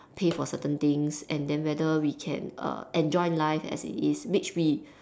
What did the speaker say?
pay for certain things and then whether we can uh enjoy life as it is which we